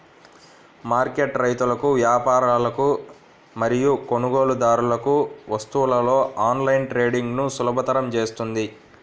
market రైతులకు, వ్యాపారులకు మరియు కొనుగోలుదారులకు వస్తువులలో ఆన్లైన్ ట్రేడింగ్ను సులభతరం చేస్తుంది